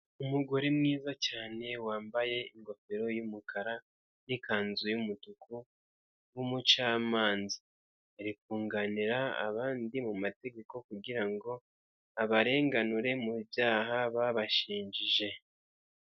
Umugore mwiza cyane wambaye ingofero y'umukara n'ikanzu y'umutuku w'umucamanza, arikunganira abandi mumategeko kugirango abarenganure mu byaha babashinjije.